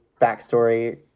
backstory